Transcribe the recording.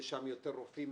יש שם יותר רופאים,